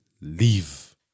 leave